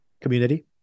community